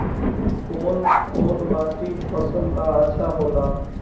कौन कौनमाटी फसल ला अच्छा होला?